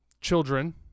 children